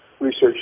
research